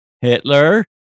Hitler